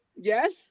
Yes